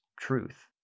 truth